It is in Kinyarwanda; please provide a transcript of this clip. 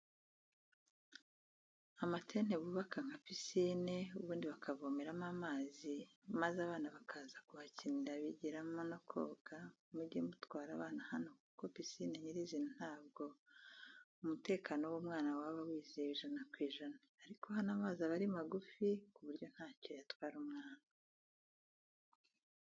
Amatente bubaka nka pisine ubundi bakavomeramo amazi maze abana bakaza kuhakinira bigiramo no koga muge mutwara abana hano kuko pisine nyirizina ntabwo umtekano w'umwana ba wizewe ijana ku ijana ariko hano amazi aba ari magufi kuburyo ntacyo yatwara umwana.